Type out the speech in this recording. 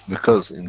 because,